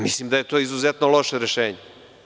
Mislim da je to izuzetno loše rešenje.